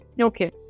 okay